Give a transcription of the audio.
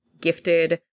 gifted